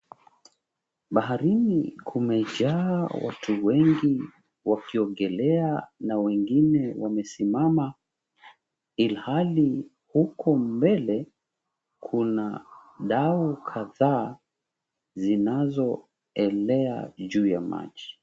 Baharini kumejaa watu wengi wakiogelea na wengine wamesimama. Ilhali huku mbele kuna dau kadhaa zinazoelea juu ya maji.